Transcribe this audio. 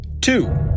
Two